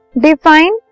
Define